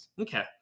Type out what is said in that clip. Okay